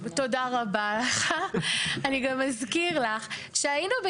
הפסקה פה בעצם מאפשרת ליזם שיש לו תוכנית